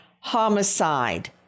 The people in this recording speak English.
homicide